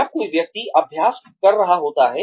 जब कोई व्यक्ति अभ्यास कर रहा होता है